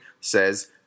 says